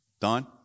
Don